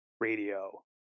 radio